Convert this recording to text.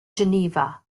geneva